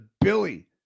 Billy